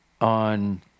on